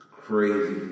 Crazy